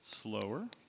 slower